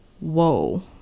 whoa